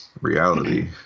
reality